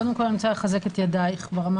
קודם כול אני רוצה לחזק את ידייך ברמה